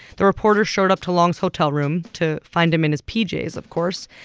the reporter showed up to long's hotel room to find him in his pjs, of course.